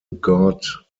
god